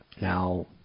Now